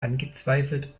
angezweifelt